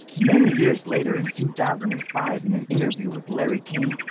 many years later, in two thousand and five, in an interview with larry king,